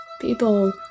People